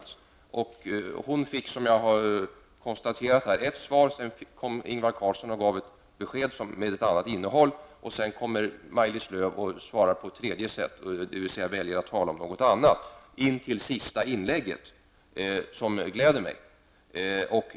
Som jag här har konstaterat fick hon ett svar. Sedan gav Ingvar Carlsson ett besked med ett annat innehåll, och nu kommer Maj-Lis Lööw och svarar på ett tredje sätt, dvs. väljer att -- intill sista inlägget, som gladde mig -- tala om någonting annat.